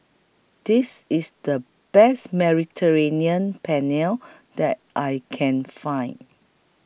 This IS The Best Mediterranean Penne that I Can Find